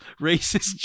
racist